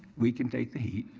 we can take the heat.